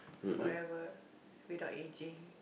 forever without aging